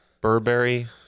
Burberry